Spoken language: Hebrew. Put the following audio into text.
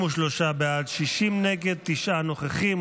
33 בעד, 60 נגד, תשעה נוכחים.